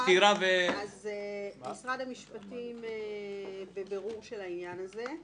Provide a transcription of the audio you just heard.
משרד המשפטים בבירור של העניין הזה.